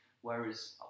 whereas